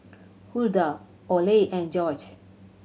Hulda Orley and Jorge